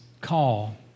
call